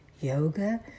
yoga